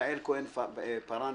יעל כהן-פארן,